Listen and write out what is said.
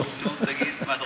מה?